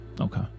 Okay